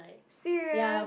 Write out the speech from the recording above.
serious